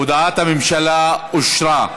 הודעת הממשלה אושרה.